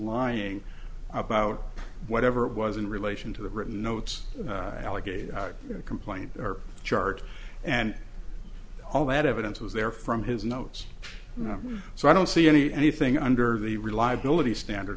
lying about whatever it was in relation to the written notes alligator complaint or chart and all that evidence was there from his notes so i don't see any anything under the reliability standard